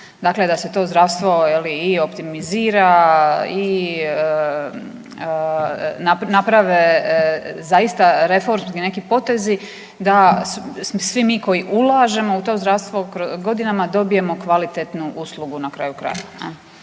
dakle da se to zdravstvo je li i optimizira i naprave zaista reformski neki potezi, da svi mi koji ulažemo u to zdravstvo godinama dobijemo kvalitetnu uslugu na kraju krajeva,